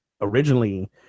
originally